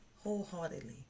wholeheartedly